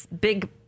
big